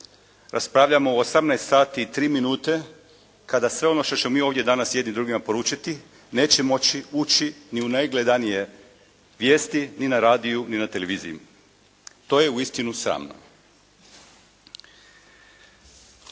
raspravljamo u 18 sati i 3 minute, kada sve ono što ćemo mi ovdje danas jedni drugim poručiti, neće moći ući ni u najgledanije vijesti, ni na radiju, ni na televiziji. To je uistinu sramno.